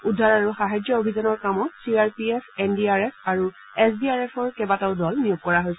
উদ্ধাৰ আৰু সাহায্য অভিযানৰ কামত C R P F N D R F আৰু এছ ডি আৰ এফৰ কেইবাটাও দল নিয়োগ কৰা হৈছে